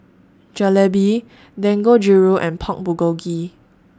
Jalebi Dangojiru and Pork Bulgogi